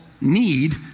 need